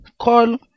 call